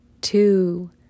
two